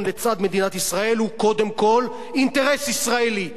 לצד מדינת ישראל הוא קודם כול אינטרס ישראלי.